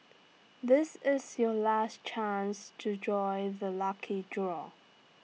this is your last chance to join the lucky draw